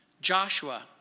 Joshua